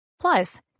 Plus